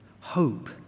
Hope